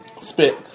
Spit